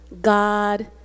God